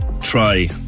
try